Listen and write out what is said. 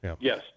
Yes